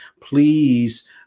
please